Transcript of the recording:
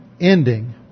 ending